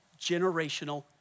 generational